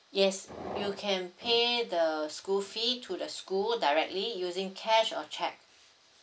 yes you can pay the school fee to the school directly using cash or cheque